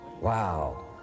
Wow